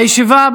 שנייה.